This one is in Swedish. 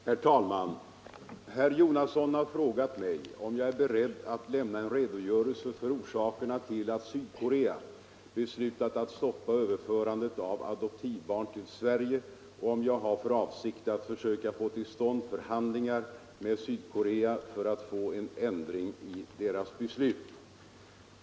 Herr talman! Herr Jonasson har frågat mig om jag är beredd att lämna en redogörelse för orsakerna till att Sydkorea beslutat att stoppa överförandet av adoptivbarn till Sverige och om jag har för avsikt att försöka få till stånd förhandlingar med Sydkorea för att få en ändring i deras beslut.